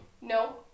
No